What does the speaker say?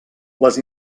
les